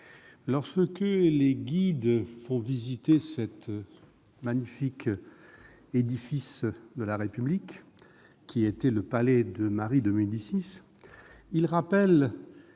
lorsqu'ils font visiter ce magnifique édifice de la République qu'était le palais de Marie de Médicis, les guides rappellent